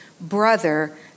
brother